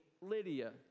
Lydia